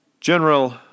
General